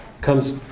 comes